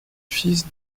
fils